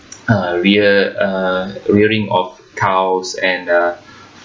uh rear~ uh rearing of cows and uh